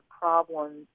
problems